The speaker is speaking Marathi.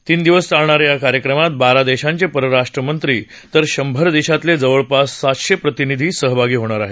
तीन दिवस चालणा या या कार्यक्रमात बारा देशांचे परराष्ट्रमंत्री तर शंभर देशातले जवळपास सातशे प्रतिनिधी सहभागी होणार आहेत